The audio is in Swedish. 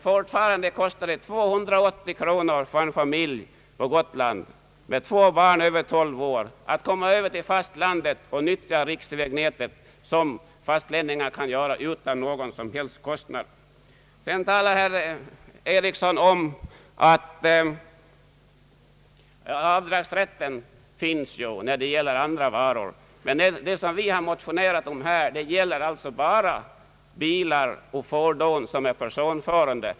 Fortfarande kostar det 280 kronor för en familj från Gotland med två barn över tolv år att komma över till fastlandet och nyttja riksvägnätet, vilket fastlänningar kan göra utan någon som helst kostnad. Herr Ericsson säger också att det finns avdragsrätt när det gäller andra varor. Men vad vi har motionerat om gäller bara fordon som är personförande.